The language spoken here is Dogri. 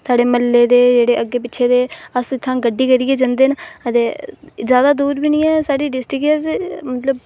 साढ़े म्हल्ले दे जेह्ड़े अग्गे पिच्छे दे अस इत्थां गड्डी करियै जंदे न अदे जादा दूर बी निं ऐ साढ़ी डिस्टिक ऐ